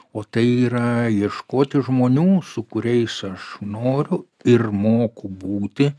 o tai yra ieškoti žmonių su kuriais aš noriu ir moku būti